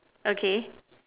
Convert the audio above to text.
okay